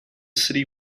city